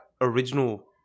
original